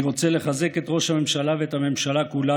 אני רוצה לחזק את ראש הממשלה ואת הממשלה כולה